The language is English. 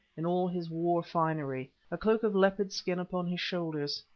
in all his war finery, a cloak of leopard skin upon his shoulders.